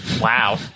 wow